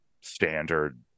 standard